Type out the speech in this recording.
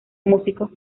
músicos